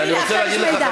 אני רוצה להגיד לך,